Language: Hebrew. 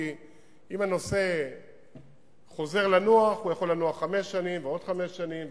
כי אם הנושא חוזר לנוח הוא יכול לנוח חמש שנים ועוד חמש שנים,